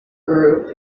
group